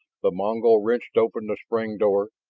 the mongol wrenched open the sprung door,